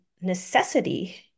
necessity